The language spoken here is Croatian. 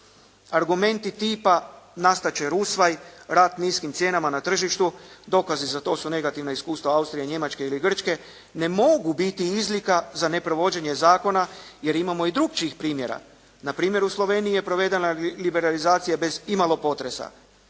Argumenti tipa nastati će rusvaj, rat niskim cijenama na tržištu, dokazi za to su negativna iskustva, Austrije, Njemačke ili Grčke, ne mogu biti izlika za neprovođenje zakona jer imamo i drukčijih primjera, na primjeru Slovenije provedena je liberalizacija bez imalo potresa.